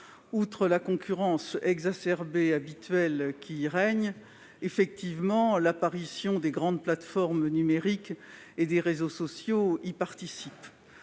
Outre la concurrence exacerbée qui règne habituellement, l'apparition des grandes plateformes numériques et des réseaux sociaux y participe